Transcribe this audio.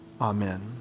Amen